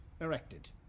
erected